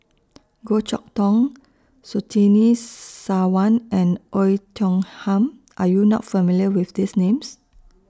Goh Chok Tong Surtini Sarwan and Oei Tiong Ham Are YOU not familiar with These Names